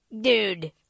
dude